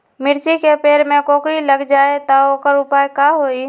मिर्ची के पेड़ में कोकरी लग जाये त वोकर उपाय का होई?